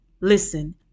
Listen